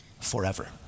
forever